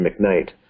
McKnight